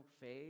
fade